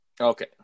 Okay